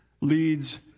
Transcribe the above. leads